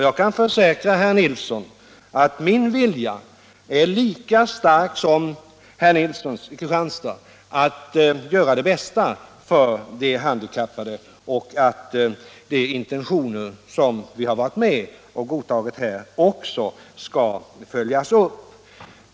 Jag kan försäkra herr Nilsson i Kristianstad att min vilja att göra det bästa för de handikappade är lika stark som herr Nilssons samt att våra intentioner också skall följas upp.